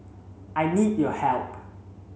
I need your help